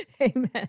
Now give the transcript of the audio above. Amen